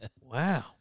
Wow